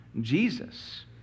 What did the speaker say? Jesus